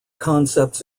concepts